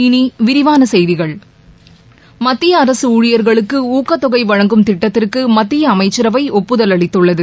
இனி விரிவான செய்திகள் மத்திய அரசு ஊழியர்களுக்கு ஊக்கத் தொகை வழங்கும் திட்டத்திற்கு மத்திய அமைச்சரவை ஒப்புதல் அளித்துள்ளது